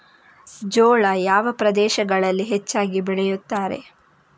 ಜೋಳ ಯಾವ ಪ್ರದೇಶಗಳಲ್ಲಿ ಹೆಚ್ಚಾಗಿ ಬೆಳೆಯುತ್ತದೆ?